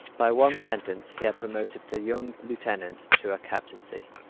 by one sentence he had promoted the young lieutenant to a captaincy.